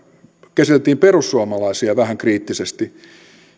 käsiteltiin perussuomalaisia vähän kriittisesti